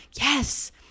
yes